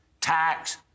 tax